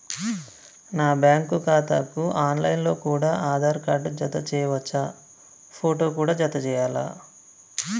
నా బ్యాంకు ఖాతాకు online లో కూడా ఆధార్ కార్డు జత చేయవచ్చా ఫోటో కూడా జత చేయాలా?